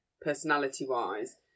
personality-wise